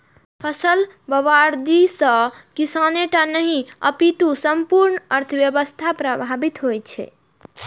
फसल बर्बादी सं किसाने टा नहि, अपितु संपूर्ण अर्थव्यवस्था प्रभावित होइ छै